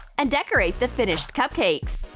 and decorate the finished cupcakes.